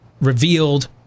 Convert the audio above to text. revealed